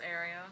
area